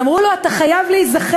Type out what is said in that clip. אמרו לו: אתה חייב להיזכר,